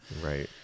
Right